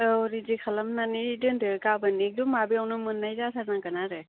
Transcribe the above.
औ रेदि खालामनानै दोनदो गाबोन एकदम माबायावनो मोन्नाय जाथारनांगोन आरो